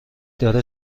داره